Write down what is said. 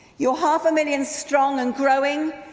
you're half a million strong and growing.